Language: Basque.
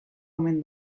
omen